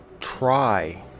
try